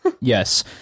Yes